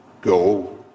go